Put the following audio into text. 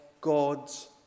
God's